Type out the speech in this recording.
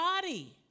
body